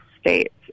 states